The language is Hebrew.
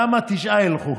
גם התשעה ילכו,